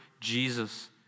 Jesus